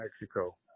Mexico